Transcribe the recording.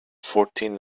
fourteen